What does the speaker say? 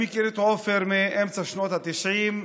עופר מאמצע שנות ה-90.